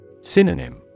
Synonym